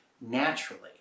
naturally